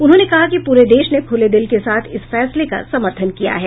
उन्होंने कहा कि पूरे देश ने खूले दिल के साथ इस फैसले का समर्थन किया है